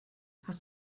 hast